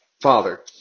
Father